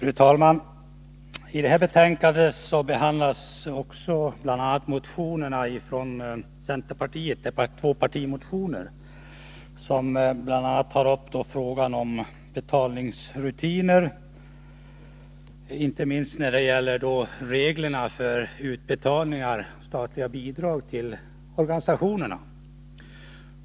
Fru talman! I finansutskottets betänkande nr 35 behandlas bl.a. två partimotioner från centern, vilka tar upp frågan om betalningsrutinerna, inte minst reglerna för utbetalning av statliga bidrag till organisationer.